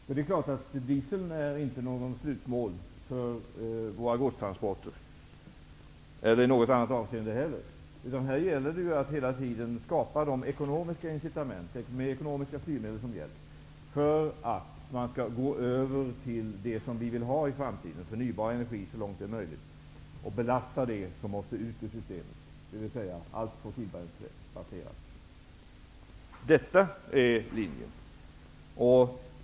Dieseln är naturligtvis inte något slutmål för våra godstransporter och heller inte i något annat avseende. Det gäller att hela tiden skapa de ekonomiska incitamenten, med ekonomiska styrmedel som hjälp, för att det skall ske en övergång till det som vi vill ha i framtiden, nämligen förnybar energi så långt det är möjligt, och det som måste ut ur systemet, dvs. allt som är fossilbränslebaserat, skall belastas. Detta är vår linje.